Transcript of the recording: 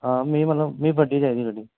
हां में मतलब में बड्डी ई चाहिदी गड्डी